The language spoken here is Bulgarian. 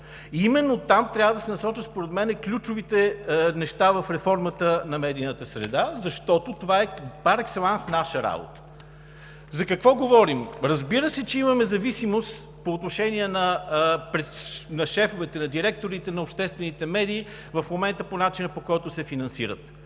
Именно там трябва да се насочват според мен ключовите неща в реформата на медийната среда, защото това е пар екселанс наша работа. За какво говорим? Разбира се, че имаме зависимост по отношение на шефовете, на директорите на обществените медии в момента по начина, по който се финансират.